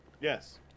Yes